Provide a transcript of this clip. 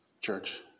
church